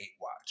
watch